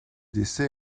décès